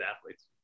athletes